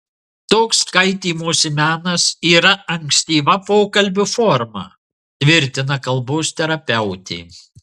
toks kaitymosi menas yra ankstyva pokalbio forma tvirtina kalbos terapeutė